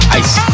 ice